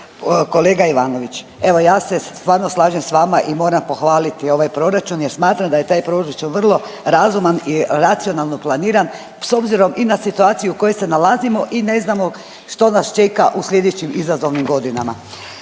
Kolega Ivanović. Evo, ja se stvarno slažem s vama i moram pohvaliti ovaj Proračun jer smatram da je taj Proračun vrlo razuman i racionalno planiran s obzirom i na situaciju u kojoj se nalazimo i ne znamo što nas čeka u sljedećim izazovnim godinama,